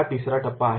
हा तिसरा टप्पा आहे